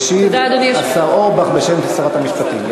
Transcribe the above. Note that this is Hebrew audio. ישיב השר אורבך בשם שרת המשפטים.